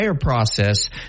process